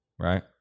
right